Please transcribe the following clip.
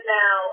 now